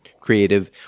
creative